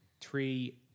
three